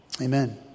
Amen